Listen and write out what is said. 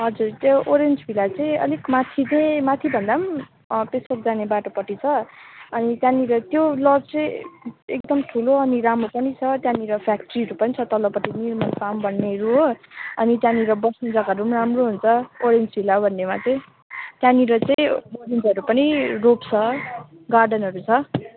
हजुर त्यो orange villa चाहिँ अलिक माथि चाहिँ माथि भन्दा पनि पेसोक जाने बाटोपट्टि छ अनि त्यहाँनिर त्यो लज चाहिँ एकदम ठुलो अनि राम्रो पनि छ त्यहाँनिर फेक्ट्रीहरू पनि छ तल्लोपट्टि पनि फार्म भन्नेहरू हो अनि त्यहाँनिर बस्ने जग्गाहरू पनि राम्रो हुन्छ ओरेन्ज भिल्ला भन्नेमा चाहिँ त्यहाँनिर चाहिँ रुखहरू पनि रोप्छ गार्डनहरू छ